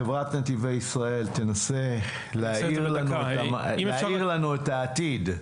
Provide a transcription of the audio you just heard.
חברת נתיבי ישראל, תנסה להאיר לנו את העתיד.